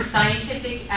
Scientific